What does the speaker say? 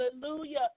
hallelujah